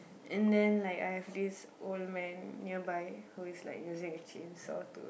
and then like I have this old man nearby who is like using a chainsaw to